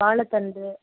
வாழைத்தண்டு